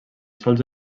sols